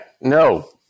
no